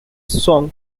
song